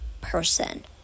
person